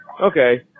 Okay